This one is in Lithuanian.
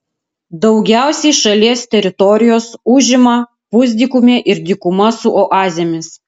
daugiausiai šalies teritorijos užima pusdykumė ir dykuma su oazėmis